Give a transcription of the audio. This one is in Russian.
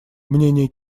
мнения